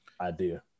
idea